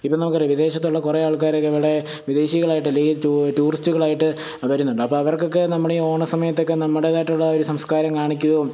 ഇപ്പം നമുക്ക് അറിയാം വിദേശത്തുള്ള കുറെ ആൾക്കാരൊക്കെ എവിടെ വിദേശികളായിട്ട് അല്ലെങ്കിൽ ടൂറിസ്റ്റുകളായിട്ട് വരുന്നുണ്ട് അപ്പോൾ അവർകൊക്കെ നമ്മൾ ഈ ഓണസമയത്തൊക്കെ നമ്മുടെതായിട്ടുള്ള ഒരു സംസ്കാരം കാണിക്കുകയും